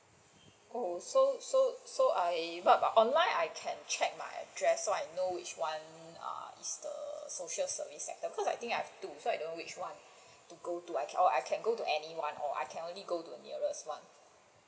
oh so so so I but but online I can check my address so I know which one err is the social service sector because I think I have two so I don't know which one to go to or I can go to any one or I can only go to the nearest one